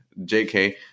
jk